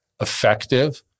effective